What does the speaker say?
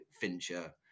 Fincher